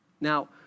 Now